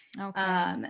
Okay